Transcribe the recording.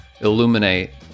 illuminate